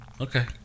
Okay